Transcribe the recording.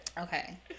okay